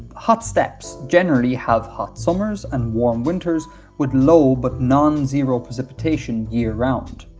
hot steps generally have hot summers and warm winters with low but nonzero precipitation year-round.